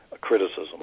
criticism